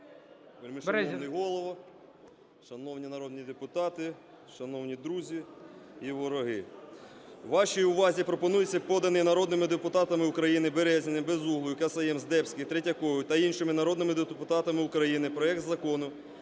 Вельмишановний Голово, шановні народні депутати, шановні друзі і вороги! Вашій увазі пропонується, поданий народними депутатами України Березіним, Безуглою, Касаєм, Здебським, Третьяковою та іншими народними депутатами України, проект Закону